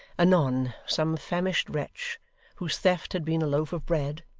anon some famished wretch whose theft had been a loaf of bread,